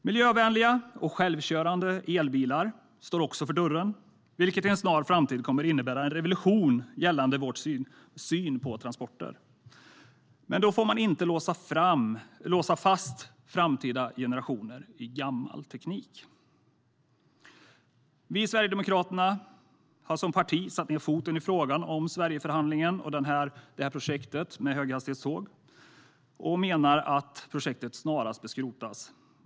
Miljövänliga och självkörande elbilar står för dörren, vilket i en snar framtid kommer att innebära en revolution gällande vår syn på transporter. Men då får man inte låsa fast framtida generationer i gammal teknik. Vi i Sverigedemokraterna har som parti satt ned foten i frågan om Sverigeförhandlingen och projektet med höghastighetståg. Vi menar att projektet snarast bör skrotas.